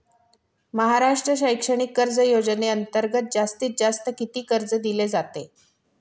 महाराष्ट्र शैक्षणिक कर्ज योजनेअंतर्गत जास्तीत जास्त किती कर्ज दिले जाते?